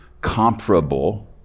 comparable